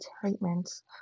treatments